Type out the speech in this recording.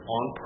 on